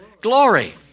glory